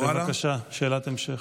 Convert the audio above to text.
בבקשה, שאלת המשך.